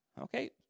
Okay